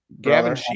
Gavin